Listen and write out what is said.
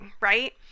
right